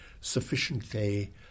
sufficiently